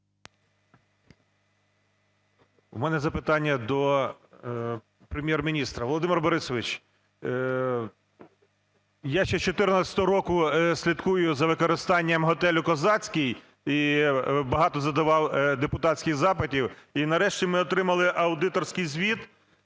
У мене запитання до Прем’єр-міністра. Володимир Борисович, я ще з 14-го року слідкую за використанням готелю "Козацький" і багато задавав депутатських запитів. І нарешті ми отримали аудиторський звіт